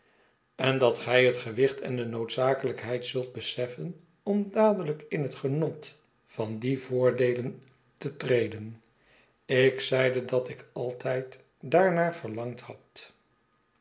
en dat gij het gewicht en de noodzakelijkheid zuit beseiten otn dadelijk in het genot van die voordeelen te treden ik zeide datik altijd daarnaar verlangd had